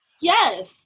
Yes